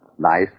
Nice